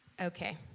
Okay